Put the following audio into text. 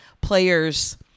players